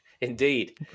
Indeed